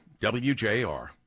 wjr